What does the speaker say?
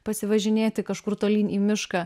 pasivažinėti kažkur tolyn į mišką